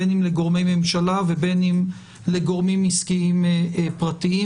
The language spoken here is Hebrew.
בין אם לגורמי ממשלה ובין אם לגורמים עסקיים פרטיים.